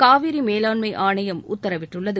காவிரி மேலாண்மை ஆணையம் உத்தரவிட்டுள்ளது